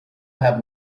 have